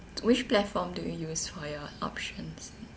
which platform do you use for your options